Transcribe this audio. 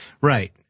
Right